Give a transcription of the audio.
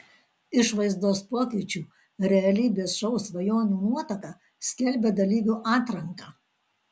išvaizdos pokyčių realybės šou svajonių nuotaka skelbia dalyvių atranką